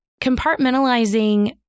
compartmentalizing